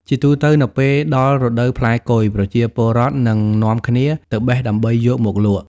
ជាទូទៅនៅពេលដល់រដូវផ្លែគុយ ប្រជាពលរដ្ឋ នឹងនាំគ្នា ទៅបេះដើម្បីយកមកលក់។